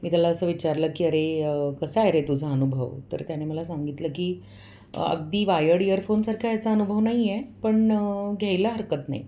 मी त्याला असं विचारलं की अरे कसा आहे रे तुझा अनुभव तर त्याने मला सांगितलं की अगदी वायर्ड इयरफोनसारखा याचा अनुभव नाही आहे पण घ्यायला हरकत नाही